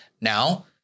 Now